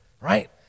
right